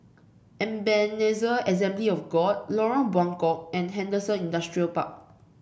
Ebenezer Assembly of God Lorong Buangkok and Henderson Industrial Park